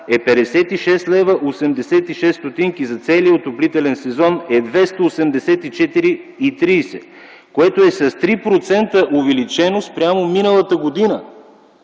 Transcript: е 56,86 лв., а за целия отоплителен сезон е 284,30 лв., което е с 3% увеличено спрямо миналата година.